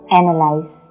analyze